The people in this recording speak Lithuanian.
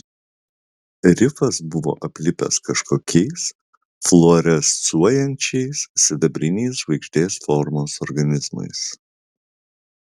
rifas buvo aplipęs kažkokiais fluorescuojančiais sidabriniais žvaigždės formos organizmais